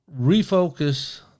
refocus